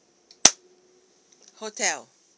hotel